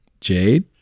Jade